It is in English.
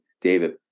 David